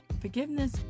forgiveness